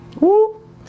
Woo